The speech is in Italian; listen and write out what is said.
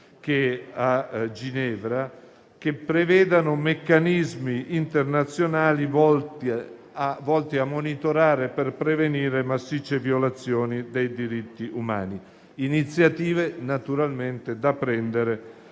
che a Ginevra che prevedano meccanismi internazionali volti a monitorare per prevenire massicce violazioni dei diritti umani. Si tratta di iniziative naturalmente da prendere